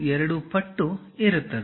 82 ಪಟ್ಟು ಇರುತ್ತದೆ